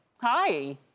Hi